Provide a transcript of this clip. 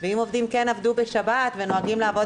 ואם עובדים כן עבדו בשבת ונוהגים לעבוד